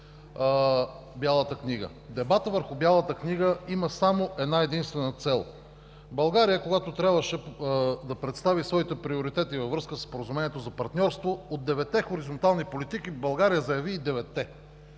Бялата книга. Дебатът върху Бялата книга има само една-единствена цел. Когато трябваше да представи своите приоритети във връзка със Споразумението за партньорство от деветте хоризонтални политики, България заяви и деветте.